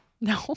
No